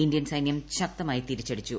Indian സൈന്യം ശക്തമായി തിരിച്ചടിച്ചു